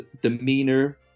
demeanor